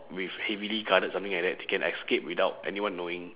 with heavily guarded something like that they can escape without anyone knowing